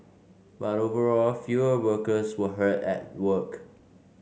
but overall fewer workers were hurt at work